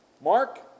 Mark